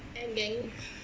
and then